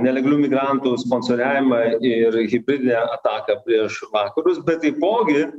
nelegalių migrantų sponsoriavimą ir hibridinę ataką prieš vakarus bet taipogi